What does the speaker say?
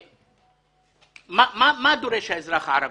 מה דורש האזרח הערבי?